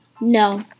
No